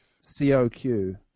C-O-Q